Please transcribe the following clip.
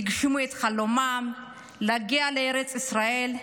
הם הגשימו את חלומם להגיע לארץ ישראל,